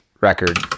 record